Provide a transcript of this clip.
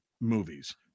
movies